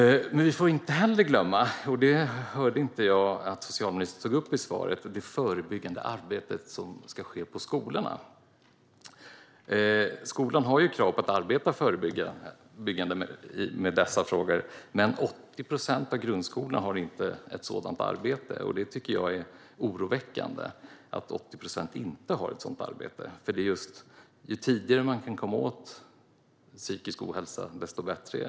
Men vi får inte glömma något som jag inte hörde att socialministern tog upp i svaret: det förebyggande arbete som sker på skolorna. Skolan har ju krav på sig att arbeta förebyggande med dessa frågor, men 80 procent av grundskolorna har inte ett sådant arbete. Det tycker jag är oroväckande. Ju tidigare man kan komma åt psykisk ohälsa, desto bättre.